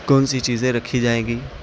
کون سی چیزیں رکھی جائے گی